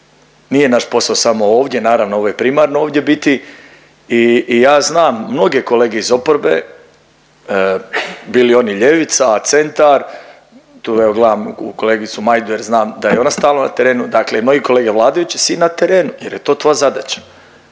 Nije naš posao samo ovdje naravno ovo je primarno ovdje biti i ja znam mnoge kolege iz oporbe bili oni ljevica, centar tu evo gledam u kolegicu Majdu jer znam da je ona stalno na terenu, dakle i moji kolege, vladajući svi na terenu jer je to tvoja zadaća.